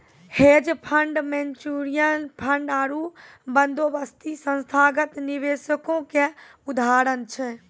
hedge fund, mutual fund आरु बंदोबस्ती संस्थागत निवेशको के उदाहरण छै